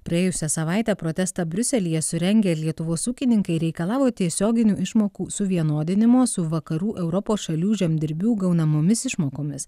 praėjusią savaitę protestą briuselyje surengę lietuvos ūkininkai reikalavo tiesioginių išmokų suvienodinimo su vakarų europos šalių žemdirbių gaunamomis išmokomis